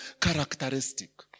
characteristic